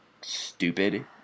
stupid